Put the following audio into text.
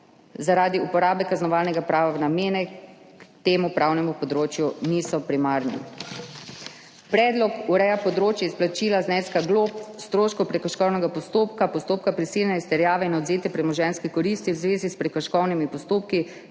zaradi uporabe kaznovalnega prava v namene, ki temu pravnemu področju niso primarni. Predlog ureja področje izplačila zneska glob, stroškov prekrškovnega postopka, postopka prisilne izterjave in odvzete premoženjske koristi v zvezi s prekrškovnimi postopki,